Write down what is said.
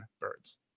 Birds